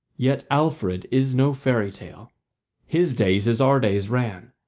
yet alfred is no fairy tale his days as our days ran,